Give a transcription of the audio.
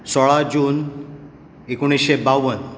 सोळा जून एकुणशें बावन